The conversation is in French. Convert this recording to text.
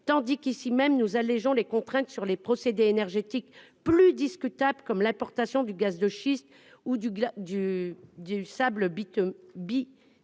tandis qu'ici même nous allégeons les contraintes sur des procédés énergétiques plus discutables, comme l'importation de gaz de schiste ou de sables bitumineux.